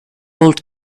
old